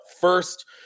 first